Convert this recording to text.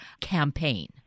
campaign